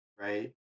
right